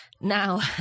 now